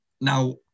Now